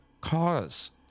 cause